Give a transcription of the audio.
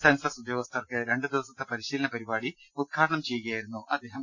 census ഉദ്യോഗസ്ഥർക്ക് രണ്ടു ദിവസത്തെ പരിശീലന പരിപാടി ഉദ്ഘാടനം ചെയ്തു സംസാരിക്കുകയായിരുന്നു അദ്ദേഹം